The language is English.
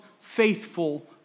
faithful